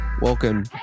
Welcome